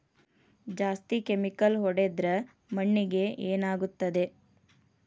ಜಾಸ್ತಿ ಕೆಮಿಕಲ್ ಹೊಡೆದ್ರ ಮಣ್ಣಿಗೆ ಏನಾಗುತ್ತದೆ?